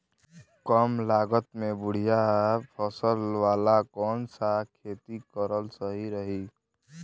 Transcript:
कमलागत मे बढ़िया फसल वाला कौन सा खेती करल सही रही?